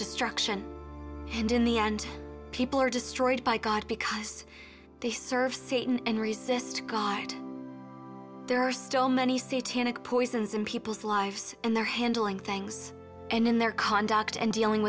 destruction and in the end people are destroyed by god because they serve satan and resist god there are still many see tannic poisons in people's lives and their handling things and in their conduct and dealing